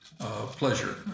pleasure